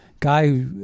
guy